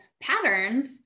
patterns